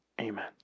amen